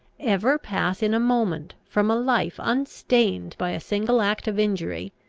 ever pass in a moment, from a life unstained by a single act of injury,